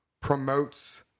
promotes